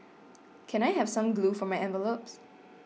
can I have some glue for my envelopes